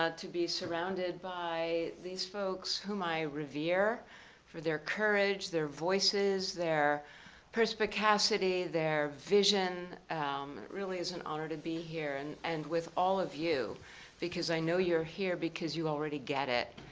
ah to be surrounded by these folks whom i revere for their courage, their voices, their perspicacity, their vision, um it really is an honor to be here, and and with all of you because i know you're here because you all ready get it.